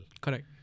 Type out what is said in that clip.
correct